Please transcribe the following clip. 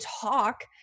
talk